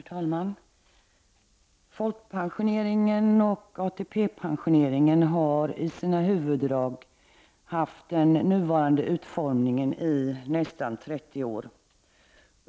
Herr talman! Folkpensioneringen och ATP-pensioneringen har i sina huvuddrag haft den nuvarande utformningen i nästan 30 år.